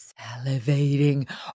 salivating